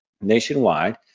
nationwide